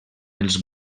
els